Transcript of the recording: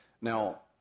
Now